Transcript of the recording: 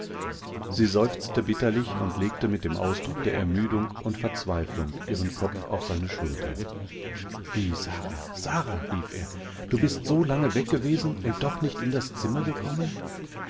sie seufzte bitterlich und legte mit dem ausdruck der ermüdung und verzweiflung ihrenkopfaufseineschulter wie sara sara rief er du bist so lange weggewesen und doch nicht in das zimmergekommen